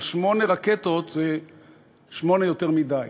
אבל שמונה רקטות זה שמונה יותר מדי.